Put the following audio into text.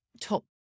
top